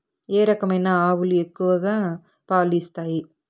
ఏ రకమైన ఆవులు ఎక్కువగా పాలు ఇస్తాయి?